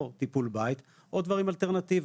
או טיפול בית, או דברים אלטרנטיביים.